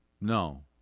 No